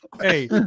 Hey